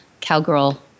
Cowgirl